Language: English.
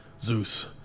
Zeus